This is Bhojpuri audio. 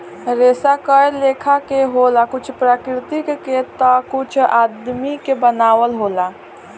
रेसा कए लेखा के होला कुछ प्राकृतिक के ता कुछ आदमी के बनावल होला